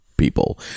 people